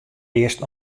earst